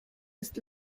ist